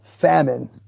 famine